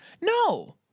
No